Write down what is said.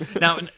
Now